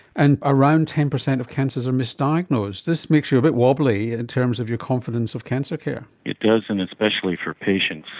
and around ten percent of cancers are misdiagnosed. this makes you a bit wobbly in terms of your confidence of cancer care. it does, and especially for patients,